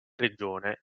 regione